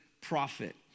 profit